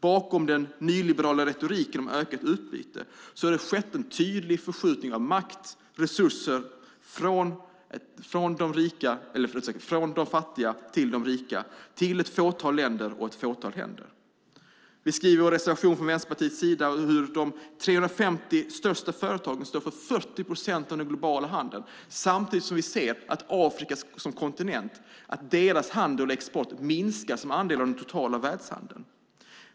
Bakom den nyliberala retoriken om ökat utbyte har det skett en tydlig förskjutning av makt och resurser från de fattiga till de rika, till ett fåtal länder och ett fåtal händer. I vår reservation skriver vi från Vänsterpartiets sida hur de 350 största företagen står för 40 procent av den globala handeln samtidigt som vi ser att kontinenten Afrikas handel och export minskar som andel av den totala världshandeln.